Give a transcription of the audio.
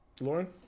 Lauren